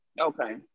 Okay